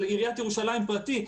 של עיריית ירושלים פרטי.